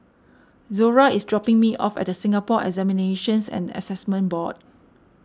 Zora is dropping me off at the Singapore Examinations and Assessment Board